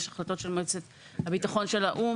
יש החלטות של מועצת הביטחון של האו"ם